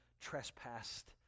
trespassed